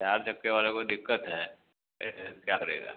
चार चक्के वालों को दिक्कत है देख रहे तो क्या करेगा